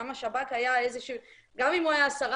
גם השב"כ היה איזשהו גם אם הוא היה 10%,